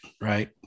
right